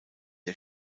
der